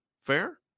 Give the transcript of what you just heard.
Fair